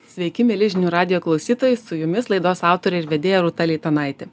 sveiki mieli žinių radijo klausytojai su jumis laidos autorė ir vedėja rūta leitanaitė